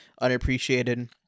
unappreciated